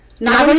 nine um